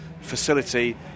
facility